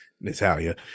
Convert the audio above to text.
natalia